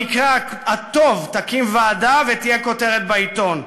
במקרה הטוב, תקים ועדה ותהיה כותרת בעיתון.